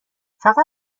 فقط